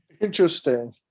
Interesting